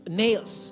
nails